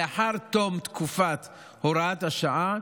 לאחר תום תקופת הוראת השעה,